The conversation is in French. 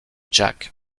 jacques